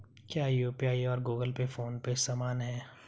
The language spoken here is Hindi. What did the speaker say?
क्या यू.पी.आई और गूगल पे फोन पे समान हैं?